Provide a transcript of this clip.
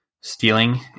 stealing